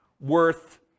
worth